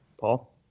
Paul